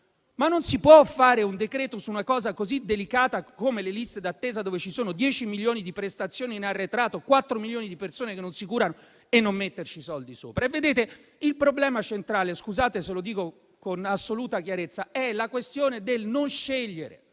ma non si può fare un provvedimento su una cosa così delicata come le liste d'attesa, dove ci sono 10 milioni di prestazioni in arretrato, 4 milioni di persone che non si curano e non metterci i soldi sopra. Il problema centrale - scusate se lo dico